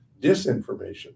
disinformation